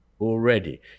already